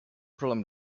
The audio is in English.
problem